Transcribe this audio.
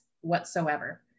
whatsoever